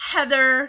Heather